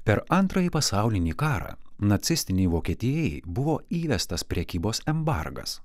per antrąjį pasaulinį karą nacistinei vokietijai buvo įvestas prekybos embargas